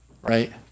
Right